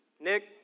Nick